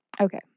Okay